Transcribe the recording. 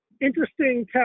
interesting